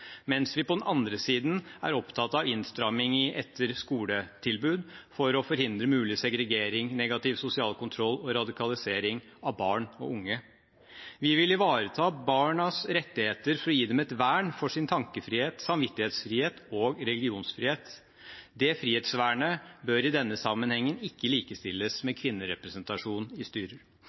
er opptatt av innstramming i etter-skole-tilbud for å forhindre mulig segregering, negativ sosial kontroll og radikalisering av barn og unge. Vi vil ivareta barnas rettigheter for å gi dem et vern for sin tankefrihet, samvittighetsfrihet og religionsfrihet. Det frihetsvernet bør i denne sammenhengen ikke likestilles med kvinnerepresentasjon i styrer.